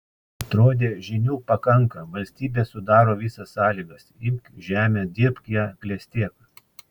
atrodė žinių pakanka valstybė sudaro visas sąlygas imk žemę dirbk ją klestėk